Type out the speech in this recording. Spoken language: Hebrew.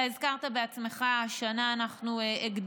אתה הזכרת בעצמך, אנחנו השנה הגדלנו,